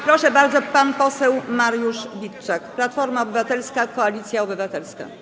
Proszę bardzo, pan poseł Mariusz Witczak, Platforma Obywatelska - Koalicja Obywatelska.